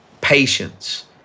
patience